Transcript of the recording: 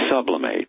sublimate